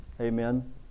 Amen